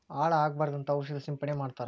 ಹಾಳ ಆಗಬಾರದಂತ ಔಷದ ಸಿಂಪಡಣೆ ಮಾಡ್ತಾರ